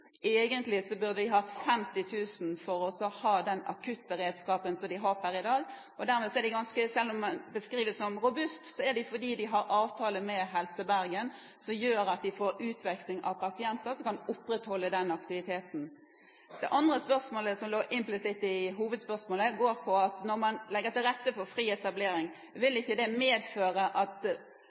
burde de hatt 50 000 for å ha den akuttberedskapen de har per i dag. Så når det beskrives som robust, er det fordi de har avtale med Helse Bergen om utveksling av pasienter, som gjør at de kan opprettholde aktiviteten. Det andre spørsmålet, som lå implisitt i hovedspørsmålet, går på når man legger til rette for fri etablering. Vil ikke det medføre at